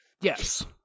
Yes